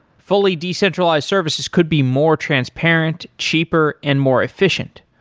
fully decentralized services could be more transparent, cheaper and more efficient,